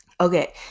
Okay